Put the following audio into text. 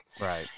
Right